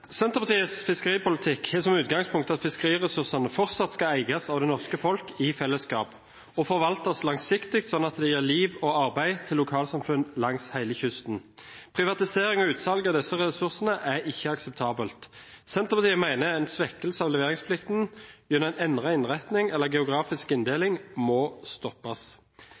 Senterpartiets fiskeripolitikk har som utgangspunkt at fiskeriressursene fortsatt skal eies av det norske folk i fellesskap, og forvaltes langsiktig, sånn at de gir liv og arbeid til lokalsamfunn langs hele kysten. Privatisering og utsalg av disse ressursene er ikke akseptabelt. Senterpartiet mener en svekkelse av leveringsplikten gjennom en endret innretning eller geografisk inndeling, må stoppes.